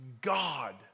God